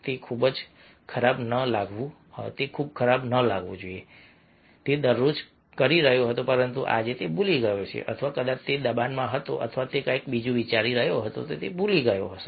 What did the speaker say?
તેથી મને ખૂબ જ ખરાબ ન લાગવું જોઈએ કે તે દરરોજ કરી રહ્યો હતો પરંતુ આજે તે ભૂલી ગયો છે અથવા કદાચ તે દબાણમાં હતો અથવા તે કંઈક બીજું વિચારી રહ્યો હતો તે ભૂલી ગયો હતો